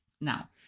Now